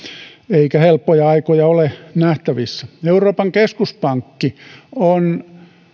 eikä helppoja aikoja ole nähtävissä euroopan keskuspankki on